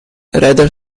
rather